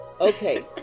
Okay